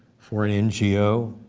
for an ngo,